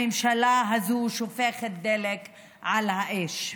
הממשלה הזו שופכת דלק על האש.